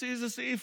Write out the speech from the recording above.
הוציא איזה סעיף.